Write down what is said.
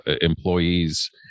employees